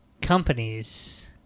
companies